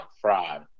fried